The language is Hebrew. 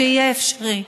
שיהיה אפשרי.